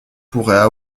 pourraient